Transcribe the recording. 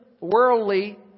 worldly